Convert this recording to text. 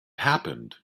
happened